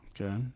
okay